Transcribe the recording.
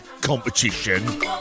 competition